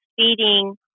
feeding